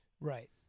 Right